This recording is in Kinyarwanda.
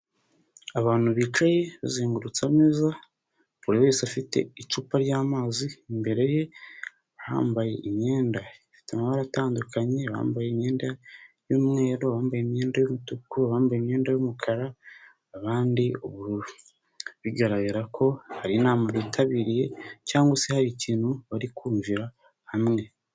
Abantu bicaye bazengurutse ameza, buri wese afite icupa ry'amazi imbere ye, bambaye imyenda ifite amabara atandukanye, abambaye imyenda y'umweru, abambaye imyenda y'umutuku, abambaye imyenda y'umukara, abandi ubururu. Bigaragara ko hari inama bitabiriye cyangwa se hari ikintu bari kumvira hamwe.